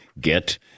Get